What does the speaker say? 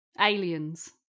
Aliens